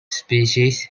species